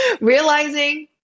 realizing